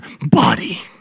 body